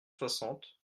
soixante